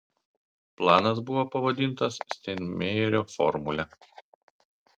planas buvo pavadintas steinmeierio formule